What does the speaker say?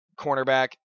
cornerback